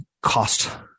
cost